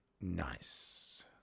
nice